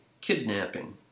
kidnapping